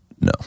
no